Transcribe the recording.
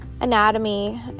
anatomy